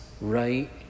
right